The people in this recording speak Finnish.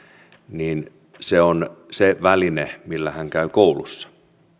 on se väline millä hän käy koulussa